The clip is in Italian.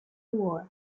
award